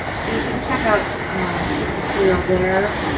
so, you can check out material there.